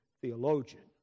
theologian